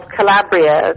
Calabria